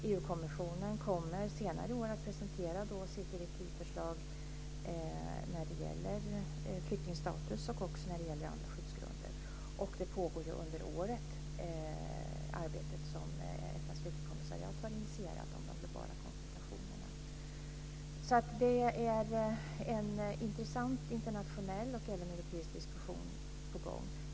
EU kommissionen kommer senare i år att presentera sitt direktivförslag när det gäller flyktingstatus och också när det gäller andra skyddsgrunder. Under året pågår också det arbete som FN:s flyktingkommissariat har initierat om de globala konsultationerna. Det är alltså en intressant internationell och även europeisk diskussion på gång.